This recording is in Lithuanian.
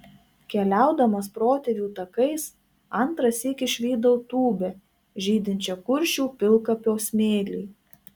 keliaudamas protėvių takais antrąsyk išvydau tūbę žydinčią kuršių pilkapio smėly